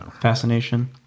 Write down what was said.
Fascination